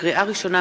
לקריאה ראשונה,